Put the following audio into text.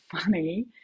funny